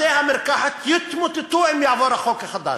בתי-המרקחת יתמוטטו אם יעבור החוק החדש.